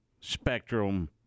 Spectrum